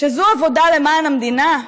שזו עבודה למען המדינה?